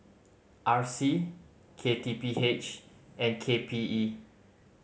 R C K T P H and K P E